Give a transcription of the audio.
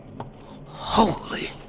Holy